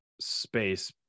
space